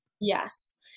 Yes